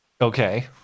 Okay